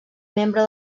membre